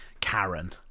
karen